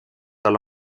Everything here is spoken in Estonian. tal